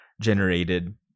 generated